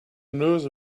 nurse